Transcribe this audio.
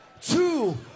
two